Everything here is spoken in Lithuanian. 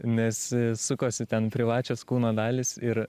nes sukosi ten privačios kūno dalys ir